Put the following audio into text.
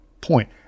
point